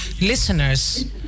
listeners